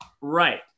Right